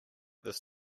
this